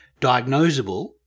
diagnosable